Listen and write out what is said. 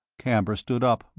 camber stood up,